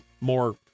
more